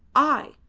i!